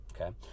okay